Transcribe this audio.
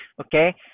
Okay